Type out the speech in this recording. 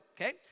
okay